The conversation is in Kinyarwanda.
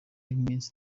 nk’iminsi